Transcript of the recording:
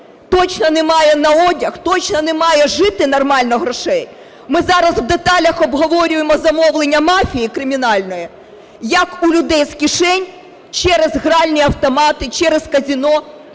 точно немає на одяг, точно немає жити нормально грошей. Ми зараз в деталях обговорюємо замовлення мафії кримінальної, як у людей з кишень через гральні автомати, через казино,